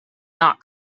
not